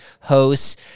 hosts